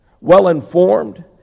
well-informed